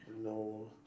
no